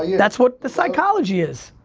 that's what the psychology is.